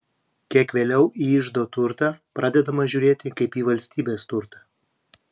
kiek vėliau į iždo turtą pradedama žiūrėti kaip į valstybės turtą